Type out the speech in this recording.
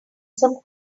some